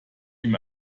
ihm